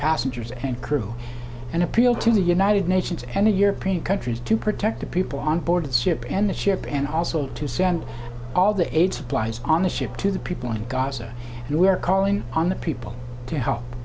passengers and crew and appealed to the united nations and the european countries to protect the people on board ship and the ship and also to send all the aid supplies on the ship to the people of god we are calling on the people to help